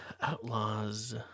outlaws